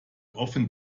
offen